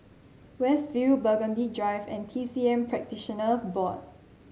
West View Burgundy Drive and T C M Practitioners Board